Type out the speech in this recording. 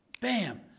bam